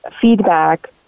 feedback